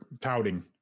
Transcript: touting